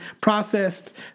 processed